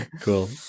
cool